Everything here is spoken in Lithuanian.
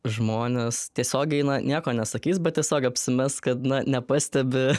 žmonės tiesiogiai na nieko nesakys bet tiesiog apsimes kad nepastebi